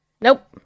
nope